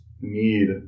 need